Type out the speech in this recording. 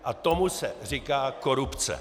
A tomu se říká korupce.